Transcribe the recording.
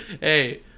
hey